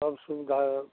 सब सुविधा